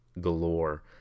galore